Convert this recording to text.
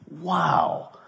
Wow